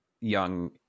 young